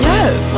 Yes